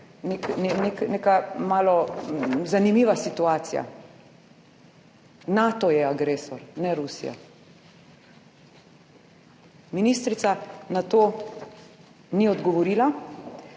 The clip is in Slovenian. neka malo zanimiva situacija, Nato je agresor, ne Rusija. Ministrica na to ni odgovorila.